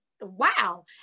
wow